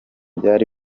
byari